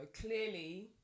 clearly